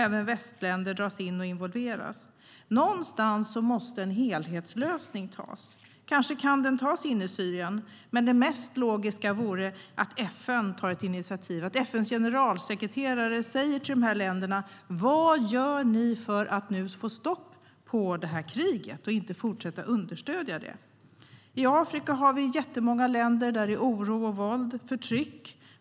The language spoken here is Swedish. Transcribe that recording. Även västländer dras in och involveras. Någonstans måste en helhetslösning göras. Kanske kan den göras inne i Syrien. Men det mest logiska vore att FN tar ett initiativ och att FN:s generalsekreterare säger till de här länderna: Vad gör ni för att nu få stopp på det här kriget och inte fortsätta att understödja det? I Afrika har vi jättemånga länder där det är oro, våld och förtryck.